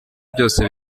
byose